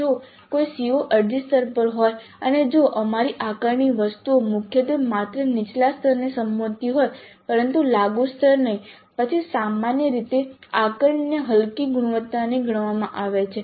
જો કોઈ CO અરજી સ્તર પર હોય અને જો અમારી આકારણી વસ્તુઓ મુખ્યત્વે માત્ર નીચલા સ્તરને સંબોધતી હોય પરંતુ લાગુ સ્તર નહીં પછી સામાન્ય રીતે આકારણીને હલકી ગુણવત્તાની ગણવામાં આવે છે